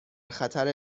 خطر